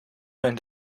zijn